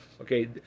Okay